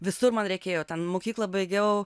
visur man reikėjo ten mokyklą baigiau